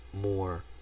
more